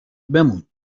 بمون